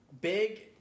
big